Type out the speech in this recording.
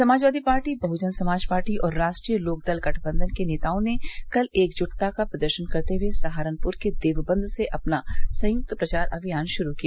Samajwadi party Bahujan Samaj party और राष्ट्रीय लोकदल गठबन्धन के नेताओं ने कल एक ज्टता का प्रदर्शन करते हए सहारनपुर के देवबंद से अपना संयुक्त प्रचार अभियान शुरू किया